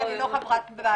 כי אני לא חברה בוועדה,